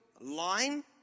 line